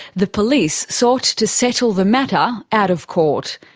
the police sought to settle the matter out of court.